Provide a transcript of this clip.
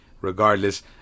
Regardless